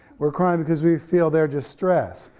we're crying because we feel they're just stressed.